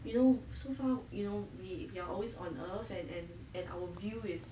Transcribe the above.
you know so far you know we we are always on earth and and and our view is